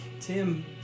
Tim